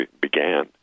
began